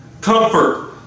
Comfort